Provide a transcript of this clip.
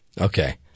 Okay